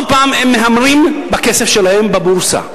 עוד פעם הם מהמרים בכסף שלהם בבורסה.